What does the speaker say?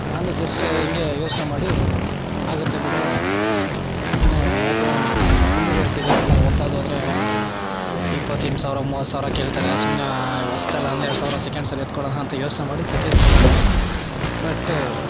ನಾನು ಜಸ್ಟ್ ಹಿಂಗೆ ಯೋಚನೆ ಮಾಡಿ ಆಗತ್ತೆ ಬಿಡು ಸುಮ್ಮನೆ ಯಾಕೋ ಒಂದು ಕಮ್ಮಿ ರೇಟಿಗ್ ಸಿಗತ್ತಲ್ಲ ಹೊಸಾದೋದ್ರೆ ಇಪ್ಪತ್ತೆಂಟು ಸಾವಿರ ಮೂವತ್ತು ಸಾವಿರ ಕೇಳ್ತಾರೆ ಸುಮ್ಮನೆ ಹೊಸ್ತಲ್ಲ ಹನ್ನೆರಡು ಸಾವಿರ ಸೆಕೆಂಡ್ಸಲ್ಲಿ ಎತ್ಕೊಳ್ಳೋಣ ಅಂತ ಯೋಚನೆ ಮಾಡಿ ಸೆಕೆಂಡ್ಸ್ ತೊಗೊಂಡೆ ಬಟ್